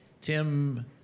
Tim